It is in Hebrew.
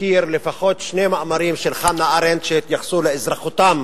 מכיר לפחות שני מאמרים של חנה ארנדט שהתייחסו לאזרחותם